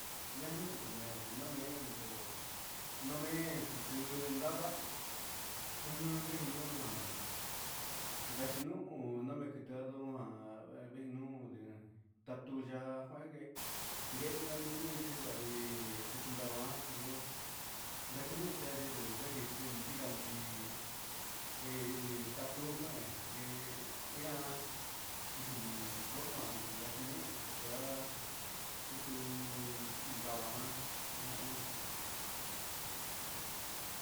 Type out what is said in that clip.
Ña nuhun tumee namee tumee namee ituu ndava vejinuun gachinuhun naquitandu vehi nuun ndi ta tu yaa guee guehna yɨhɨ yɨ nda vii quiti ndava ndioo ndexiñuhun yee ndioo vehi ji ndiga ndii vehi tatu cuehen guee ian ajan forma gaxinuhun quiti ndava nahun